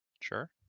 Sure